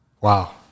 Wow